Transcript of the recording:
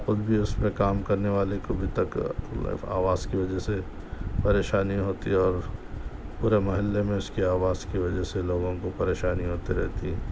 خود بھی اس پہ کام کرنے والے کو بھی آواز کی وجہ سے پریشانی ہوتی ہے اور پورے محلے میں اس کی آواز کی وجہ سے لوگوں کو پریشانی ہوتی رہتی ہے